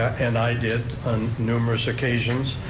and i did on numerous occasions,